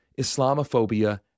Islamophobia